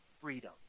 freedom